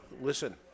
listen